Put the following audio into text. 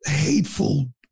hateful